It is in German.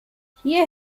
hier